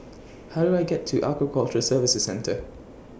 How Do I get to Aquaculture Services Centre